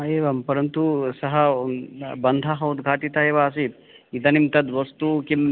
एवं परन्तु सः बन्धः उद्घाटितः एव आसीत् इदानीं तद् वस्तु किं